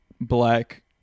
black